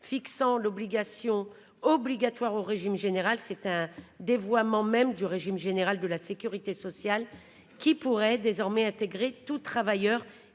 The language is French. fixant l'obligation obligatoire au régime général c'est un dévoiement même du régime général de la Sécurité sociale. Le qui pourrait désormais intégrer tout travailleur